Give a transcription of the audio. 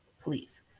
please